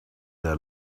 their